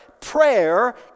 prayer